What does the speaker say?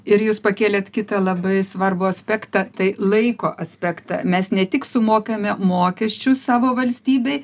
ir jūs pakėlėt kitą labai svarbų aspektą tai laiko aspektą mes ne tik sumokame mokesčius savo valstybei